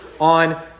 on